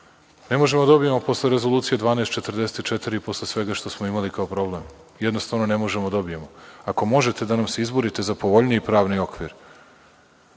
Ne možemo da dobijemo posle Rezolucije 1244 i posle svega što smo imali kao problem. Jednostavno ne možemo da dobijemo. Ako možete da nam se izborite za povoljniji pravni okvir,